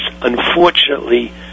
unfortunately